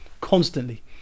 constantly